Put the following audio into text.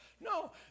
No